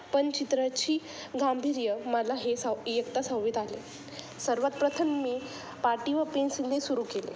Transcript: पण चित्राची गांभीर्य मला हे साव इयत्ता सहावीत आले सर्वात प्रथम मी पाटी व पेन्सिलने सुरू केले